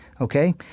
okay